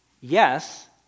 yes